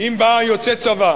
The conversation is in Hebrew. אם בא יוצא צבא